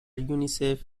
یونیسف